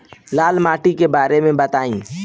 लाल माटी के बारे में बताई